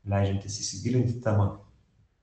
leidžiantys įsigilinti į temą